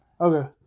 Okay